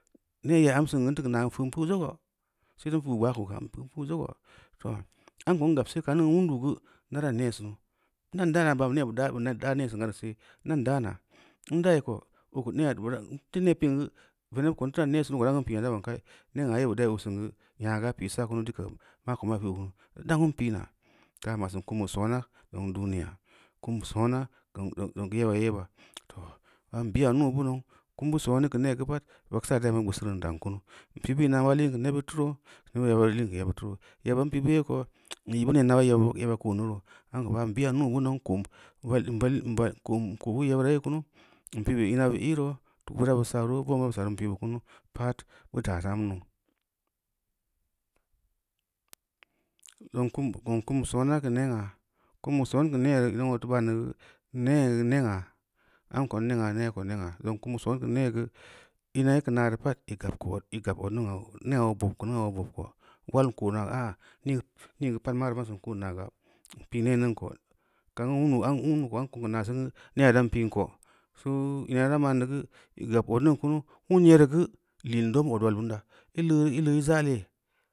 Nee yai am sin geu n teu keu naa geu feu’n pi’u zoga, sedai n pi’u gbaa ku ga, feu’n pi’u zoga, too am ko n gabse kum geu ulundu geu naram neesinu, nam dana ban bu nee daa nesin ga reu see, nan daana, n dayi ko oo ko nee n teu nee pi’n geu veneb ko n dagi kee sin ko dun kan pi’ina da ban ka nee yoo a dai oo sin geu nyaa ga pi’ sa’ kunu, dila maako maa pi’u kunu, dukuu pi’na, taa ma’ sin kumbe sooma zong duniya, kumbeu soona zong yeba yee ba. Too man biya muu beuneu kuumbu sooni keu nee geu pad vagsa gbeusini n daa kunu, n pi, bu ina ba liin keu nebid doo, npi, bu ina ba liin keu yebbid do, yeba n pi’bu yei ko n nyi bu neenu ba yeba ko’n nuroo, amko n biya nuu bu nau, n kobu yebira yeu kunu n pi’bu ina bu i’roo ina bu iroo, vo’oma bu saa roo n pi’bu kunu pad bu saa tau am nou. Zong kum bu soon a keu nengna, kum beu soon keu nengneu re bufu ban neu geu neu ningna amko n nengna, nee ko nengna, zong kumbeu geu neegu ina ī keu naareu pad i gab keu admingna nea oo ko nea oo bob ko, ulad n ko’naa a’a nii geu mara ma sin ko’n naa ga, n pi’ nel ningn ko’ kam geu wundu ko n kum geu naa ga, nla dam pi’n ko, soo, ina nira mu’n neu geu i gab obning kunu wun nyereu geu li’n don odunal ben da i’ leu i’ za’ lee.